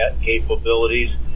capabilities